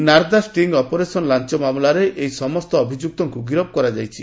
Narada sting operation ଲାଞ୍ଚ ମାମଲାରେ ଏହି ସମସ୍ତ ଅଭିଯୁକ୍ତଙ୍କୁ ଗିରଫ କରାଯାଇଛି